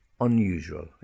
unusual